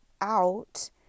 out